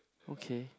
okay